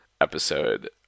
episode